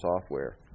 software